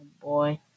boy